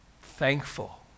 thankful